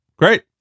Great